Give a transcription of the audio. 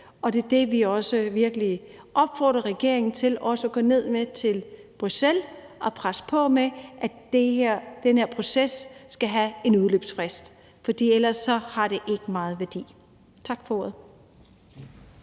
og det er det, vi virkelig opfordrer regeringen til også at tage med til Bruxelles og at presse på for, at den her proces skal have en udløbsfrist, for ellers har det ikke meget værdi. Tak for ordet.